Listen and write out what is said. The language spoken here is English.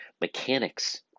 mechanics